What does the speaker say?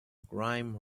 grime